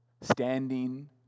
standing